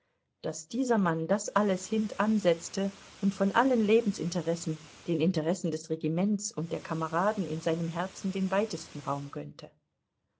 daß dieser mann das alles hintansetzte und von allen lebensinteressen den interessen des regiments und der kameraden in seinem herzen den weitesten raum gönnte